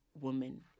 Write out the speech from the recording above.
woman